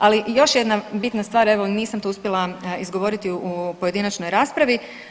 Ali još jedna bitna stvar, evo nisam to uspjela izgovoriti u pojedinačnoj raspravi.